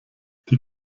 die